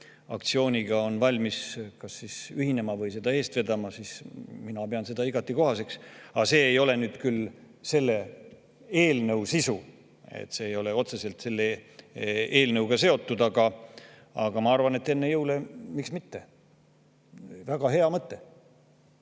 aktsiooniga on valmis ühinema või seda eest vedama, siis mina pean seda igati kohaseks. Aga see ei ole nüüd küll selle eelnõu sisuga seotud. See ei ole otseselt selle eelnõuga seotud, aga ma arvan, et enne jõule, miks mitte, väga hea mõte.